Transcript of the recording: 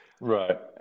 Right